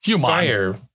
fire